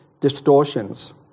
distortions